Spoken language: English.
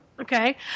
okay